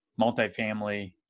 multifamily